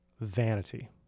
vanity